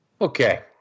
Okay